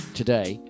today